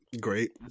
Great